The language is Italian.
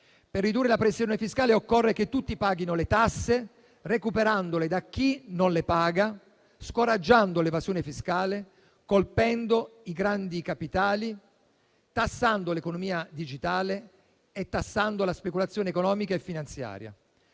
Per ridurre la pressione fiscale, occorre che tutti paghino le tasse, recuperandole da chi non le paga, scoraggiando l'evasione fiscale, colpendo i grandi capitali e tassando l'economia digitale e la speculazione economica e finanziaria.